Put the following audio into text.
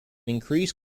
increase